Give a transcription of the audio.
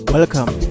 Welcome